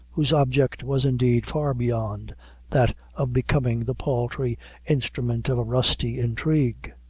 whose object was indeed far beyond that of becoming the paltry instrument of a rusty intrigue.